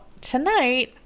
tonight